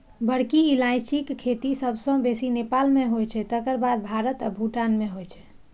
बड़की इलायचीक खेती सबसं बेसी नेपाल मे होइ छै, तकर बाद भारत आ भूटान मे होइ छै